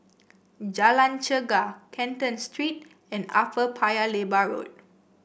Jalan Chegar Canton Street and Upper Paya Lebar Road